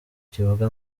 kivuga